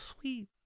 sweet